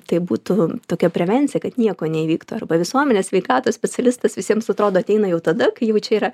tai būtų tokia prevencija kad nieko neįvyktų arba visuomenės sveikatos specialistas visiems atrodo ateina jau tada kai jau čia yra